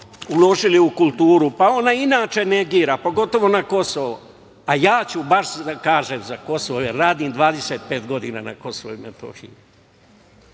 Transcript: uložili u kulturu, ona inače negira, pogotovo u Kosovo. A ja ću baš da kažem za Kosovo, jer radim 25 godina na Kosovu i Metohiji